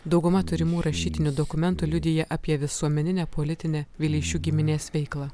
dauguma turimų rašytinių dokumentų liudija apie visuomeninę politinę vileišių giminės veiklą